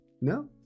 No